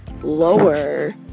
lower